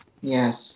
Yes